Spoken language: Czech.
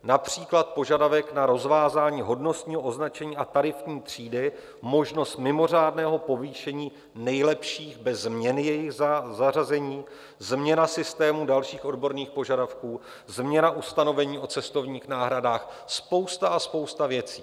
Například požadavek na rozvázání hodnostního označení a tarifní třídy, možnost mimořádného povýšení nejlepších bez změny jejich zařazení, změna systému dalších odborných požadavků, změna ustanovení o cestovních náhradách, spousta a spousta věcí.